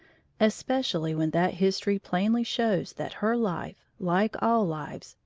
especially when that history plainly shows that her life, like all lives,